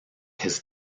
his